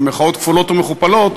במירכאות כפולות ומכופלות,